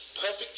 perfect